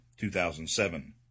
2007